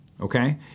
okay